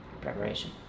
preparation